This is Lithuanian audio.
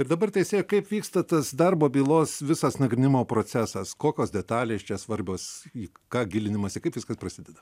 ir dabar teisėja kaip vyksta tas darbo bylos visas nagrinėjimo procesas kokios detalės čia svarbios į ką gilinimąsi kaip viskas prasideda